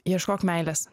ieškok meilės